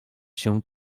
się